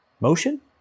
Motion